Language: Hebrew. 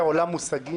איזה עולם מושגים.